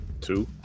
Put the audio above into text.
Two